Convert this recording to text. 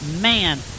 man